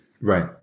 right